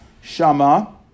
shama